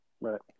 Right